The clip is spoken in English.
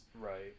Right